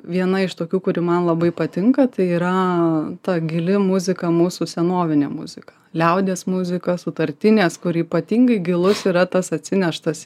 viena iš tokių kuri man labai patinka tai yra ta gili muzika mūsų senovinė muzika liaudies muzika sutartinės kur ypatingai gilus yra tas atsineštas